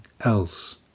else